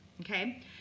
okay